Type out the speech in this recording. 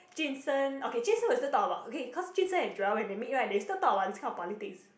jun sheng okay jun sheng we still talk about okay because jun sheng and Joel when they meet right they still talk about this kind of politics